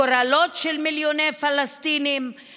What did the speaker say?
גורלות של מיליוני פלסטינים,